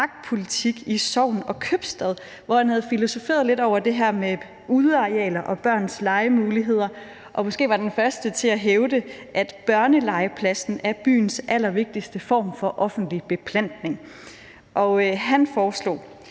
»Parkpolitik i Sogn og Købstad«, hvor han havde filosoferet lidt over det her med udearealer og børns legemuligheder, og han var måske den første til at hævde, at børnelegepladsen er byens allervigtigste form for offentlig beplantning. Han foreslog: